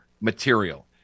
material